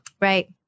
Right